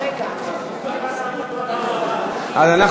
לוועדת העבודה והרווחה.